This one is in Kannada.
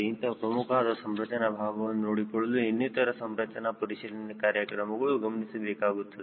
ಇಂತಹ ಪ್ರಮುಖವಾದಂತಹ ಸಂರಚನಾ ಭಾಗಗಳನ್ನು ನೋಡಿಕೊಳ್ಳಲು ಇನ್ನಿತರ ಸಂರಚನಾ ಪರಿಶೀಲನೆ ಕಾರ್ಯಕ್ರಮವನ್ನು ಗಮನಿಸಬೇಕಾಗುತ್ತದೆ